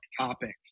topics